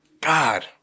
God